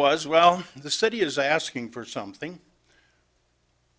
was well the city is asking for something